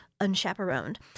Unchaperoned